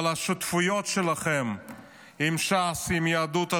אבל השותפויות שלכם עם ש"ס, עם יהדות התורה,